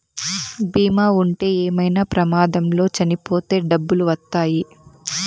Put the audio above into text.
బీమా ఉంటే ఏమైనా ప్రమాదంలో చనిపోతే డబ్బులు వత్తాయి